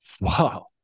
Wow